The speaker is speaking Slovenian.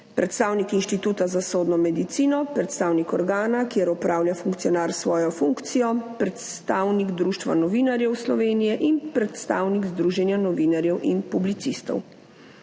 predstavnik Inštituta za sodno medicino, predstavnik organa, kjer opravlja funkcionar svojo funkcijo, predstavnik Društva novinarjev Slovenije in predstavnik Združenja novinarjev in publicistov.